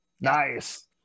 Nice